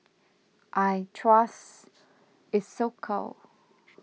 I trust Isocal